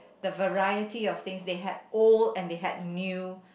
the variety of things they had old and they had new